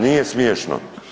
Nije smiješno.